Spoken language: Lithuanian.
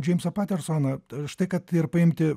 džeimsą patersoną štai kad ir paimti